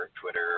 Twitter